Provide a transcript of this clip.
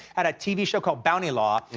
had a tv show called bounty law.